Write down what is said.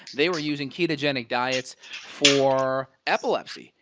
they were using ketogenic diets for epilepsy.